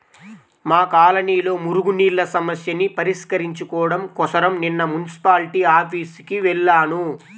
మా కాలనీలో మురుగునీళ్ళ సమస్యని పరిష్కరించుకోడం కోసరం నిన్న మున్సిపాల్టీ ఆఫీసుకి వెళ్లాను